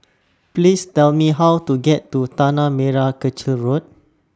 Please Tell Me How to get to Tanah Merah Kechil Road